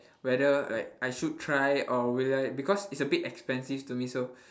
whether like I should try or whet~ I because it's a bit expensive to me so